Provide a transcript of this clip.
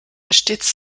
stets